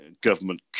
government